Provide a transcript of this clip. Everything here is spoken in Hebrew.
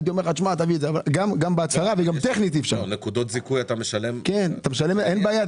הייתי אומר: תביא את זה גם בהצהרה אבל גם טכנית אי אפשר.